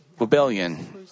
rebellion